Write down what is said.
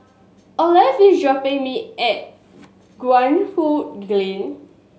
Olaf is dropping me at Guan Huat Kiln